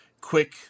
quick